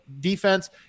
defense